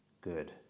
good